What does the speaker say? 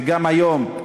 וגם היום,